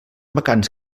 vacants